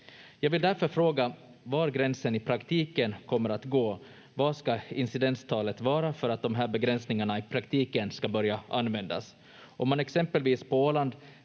Jag vill därför fråga var gränsen i praktiken kommer att gå. Vad ska incidenstalet vara för att de här begränsningarna i praktiken ska börja användas? Om man exempelvis på Åland